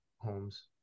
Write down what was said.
homes